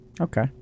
Okay